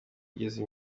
igeza